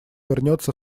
вернется